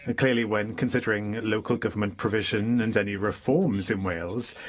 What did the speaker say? ah clearly, when considering local government provision and any reforms in wales,